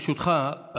ברשותך,